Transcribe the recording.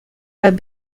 have